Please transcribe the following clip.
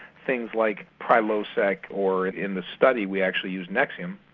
things like prilosec, or in the study we actually used nexium,